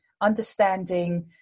understanding